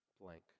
blank